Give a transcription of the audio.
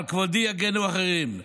על כבודי יגנו אחרים.